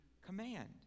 command